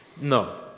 No